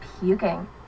puking